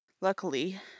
luckily